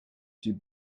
deep